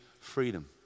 freedom